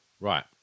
Right